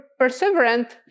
perseverant